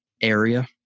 area